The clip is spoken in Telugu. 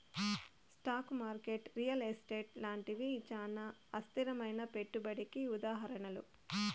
స్టాకు మార్కెట్ రియల్ ఎస్టేటు లాంటివి చానా అస్థిరమైనా పెట్టుబడికి ఉదాహరణలు